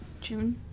june